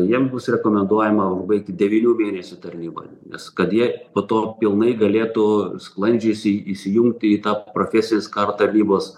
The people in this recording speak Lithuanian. jiem bus rekomenduojama užbaigti devynių mėnesių tarnybą nes kad jie po to pilnai galėtų sklandžiai įsi įsijungti į tą profesinės karo tarnybos